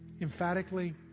emphatically